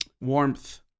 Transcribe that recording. warmth